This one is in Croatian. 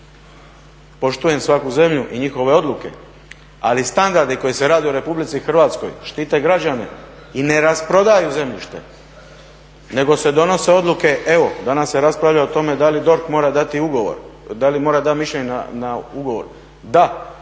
Poštujem svaku zemlju i njihove odluke, ali standardi koji se rade u RH štite građane i ne rasprodaju zemljište, nego se donose odluke. Evo danas se raspravlja o tome da li DORH mora dati ugovor, da li mora dati mišljenje na ugovor. Da,